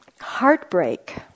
heartbreak